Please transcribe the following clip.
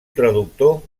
traductor